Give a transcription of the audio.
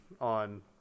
on